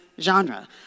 genre